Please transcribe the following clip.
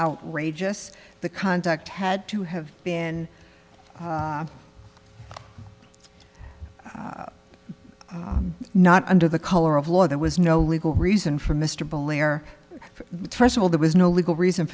outrageous the conduct had to have been not under the color of law there was no legal reason for mr blair first of all there was no legal reason